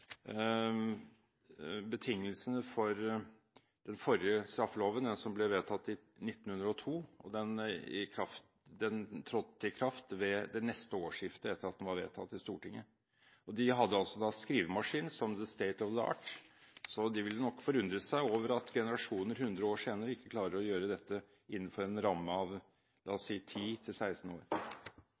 betingelsene for den forrige straffeloven, som ble vedtatt i 1902, og som trådte i kraft ved det neste årsskiftet, etter at den var vedtatt i Stortinget. De hadde da skrivemaskin som «the state of the art», så de ville nok forundret seg over at generasjonen 100 år senere ikke klarer å gjøre dette innenfor en ramme av, la oss si, 10 til 16 år.